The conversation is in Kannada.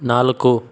ನಾಲ್ಕು